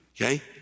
okay